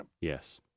Yes